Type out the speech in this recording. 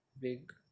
big